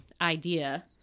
idea